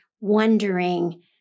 wondering